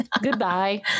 Goodbye